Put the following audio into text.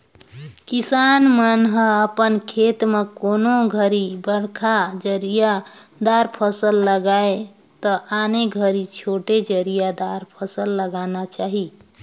किसान मन ह अपन खेत म कोनों घरी बड़खा जरिया दार फसल लगाये त आने घरी छोटे जरिया दार फसल लगाना चाही